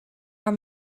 our